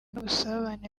n’ubusabane